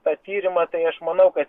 tą tyrimą tai aš manau kad